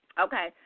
Okay